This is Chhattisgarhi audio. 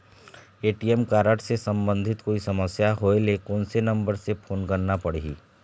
ए.टी.एम कारड से संबंधित कोई समस्या होय ले, कोन से नंबर से फोन करना पढ़ही?